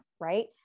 right